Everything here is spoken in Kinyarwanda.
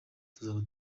tuzaba